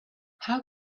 how